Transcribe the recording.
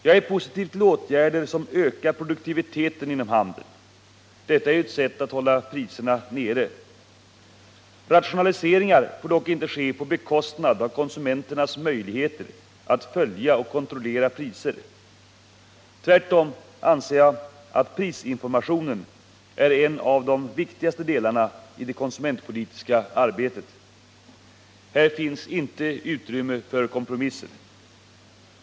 Jag är positiv till åtgärder som ökar produktiviteten inom handeln. Detta är ju ett sätt att hålla priserna nere. Rationaliseringar får dock inte ske på bekostnad av konsumenternas möjligheter att följa och kontrollera priser. Tvärtom anser jag att prisinformationen är en av de viktigaste delarna i det konsumentpolitiska arbetet. Här finns inte utrymme för kompromisser.